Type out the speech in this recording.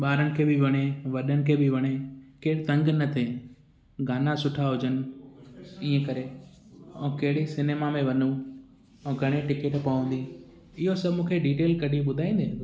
ॿारनि खे बि वणे वॾनि खे बि वणे केरु तंगु न थिए गाना सुठा हुजनि ईअं करे ऐं कहिड़े सिनेमा में वञूं ऐं घणे टिकट पवंदी इहो सभु मूंखे डिटेल कढी ॿुधाईंदे